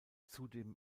zudem